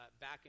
back